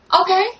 Okay